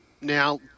now